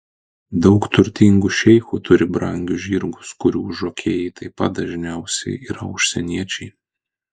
daug turtingų šeichų turi brangius žirgus kurių žokėjai taip pat dažniausiai yra užsieniečiai